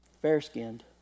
Fair-skinned